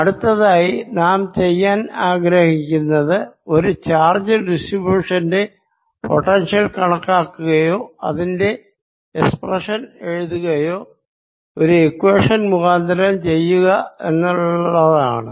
അടുത്തതായി നാം ചെയ്യാൻ ആഗ്രഹിക്കുന്നത് ഒരു ചാർജ് ഡിസ്ട്രിബ്യൂഷന്റെ പൊട്ടൻഷ്യൽ കണക്കാക്കുകയോ അതിന്റെ എക്സ്പ്രെഷൻ എഴുതുകയോ ഒരു ഇക്വേഷൻ മുഖാന്തിരം ചെയ്യുക എന്നതാണ്